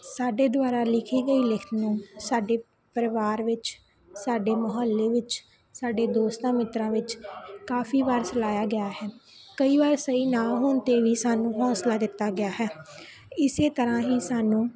ਸਾਡੇ ਦੁਆਰਾ ਲਿਖੀ ਗਈ ਲਿਖ਼ਤ ਨੂੰ ਸਾਡੇ ਪਰਿਵਾਰ ਵਿੱਚ ਸਾਡੇ ਮਹੱਲੇ ਵਿੱਚ ਸਾਡੇ ਦੋਸਤਾਂ ਮਿੱਤਰਾਂ ਵਿੱਚ ਕਾਫੀ ਵਾਰ ਚਲਾਇਆ ਗਿਆ ਹੈ ਕਈ ਵਾਰ ਸਹੀ ਨਾ ਹੋਣ 'ਤੇ ਵੀ ਸਾਨੂੰ ਹੌਂਸਲਾ ਦਿੱਤਾ ਗਿਆ ਹੈ ਇਸ ਤਰ੍ਹਾਂ ਹੀ ਸਾਨੂੰ